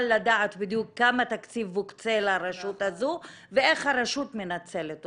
לדעת בדיוק כמה תקציב מוקצה לרשות הזו ואיך הרשות מנצלת אותו.